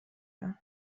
جون